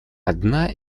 одна